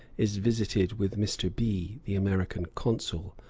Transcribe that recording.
is visited with mr. b, the american consul,